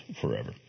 forever